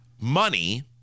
money